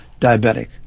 diabetic